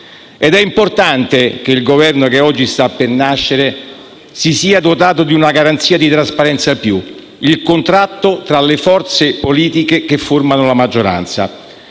È importante che il Governo che oggi sta per nascere si sia dotato di una garanzia di trasparenza in più: il contratto tra le forze politiche che formano la maggioranza.